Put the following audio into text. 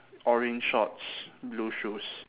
orange shorts blue shoes